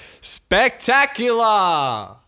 Spectacular